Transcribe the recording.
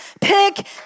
pick